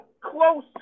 close